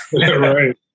right